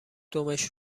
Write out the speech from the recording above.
دمش